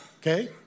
okay